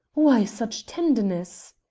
why such tenderness?